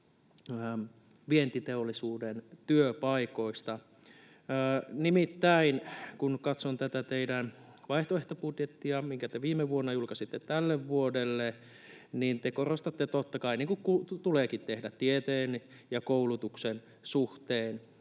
vientiteollisuuden työpaikoista. Nimittäin kun katson tätä teidän vaihtoehtobudjettianne, minkä te viime vuonna julkaisitte tälle vuodelle, niin te korostatte, totta kai, niin kuin tuleekin tehdä, tieteen ja koulutuksen suhteen